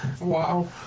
Wow